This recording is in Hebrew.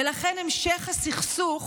ולכן, המשך הסכסוך